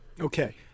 Okay